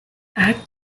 add